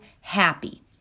happy